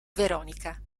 veronica